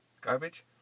garbage